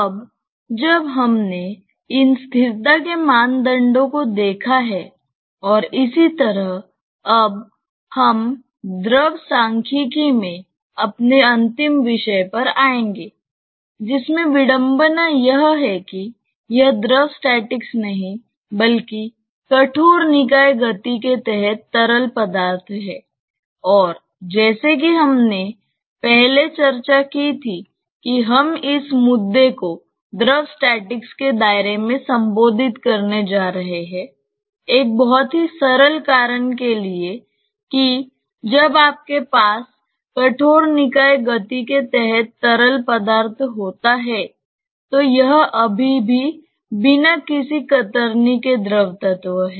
अब जब हमने इन स्थिरता के मानदंडों को देखा है और इसी तरह अब हम द्रव सांख्यिकी में अपने अंतिम विषय पर आएंगे जिसमें विडंबना यह है कि यह द्रव स्टेटिक्स नहीं बल्कि कठोर निकाय गति के तहत तरल पदार्थ है और जैसे कि हमने पहले चर्चा की थी कि हम इस मुद्दे को द्रव स्टैटिक्स के दायरे में संबोधित करने जा रहे हैं एक बहुत ही सरल कारण के लिए कि जब आपके पास कठोर निकाय गति के तहत तरल पदार्थ होता है तो यह अभी भी बिना किसी कतरनी के द्रव तत्व है